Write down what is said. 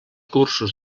cursos